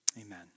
Amen